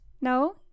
no